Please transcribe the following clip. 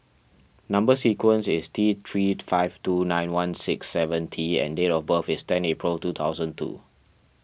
Number Sequence is T three five two nine one six seven T and date of birth is ten April two thousand two